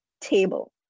table